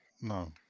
No